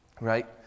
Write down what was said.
Right